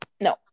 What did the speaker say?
no